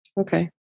okay